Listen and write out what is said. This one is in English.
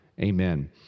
Amen